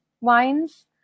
wines